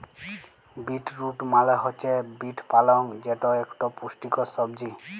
bit root মালে হছে beet পালং যেট ইকট পুষ্টিকর সবজি